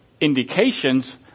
indications